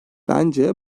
bence